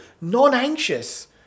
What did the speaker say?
non-anxious